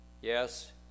Yes